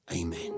Amen